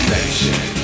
Nation